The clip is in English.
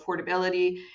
affordability